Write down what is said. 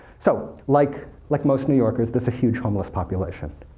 so like like most new yorkers, there's a huge homeless population.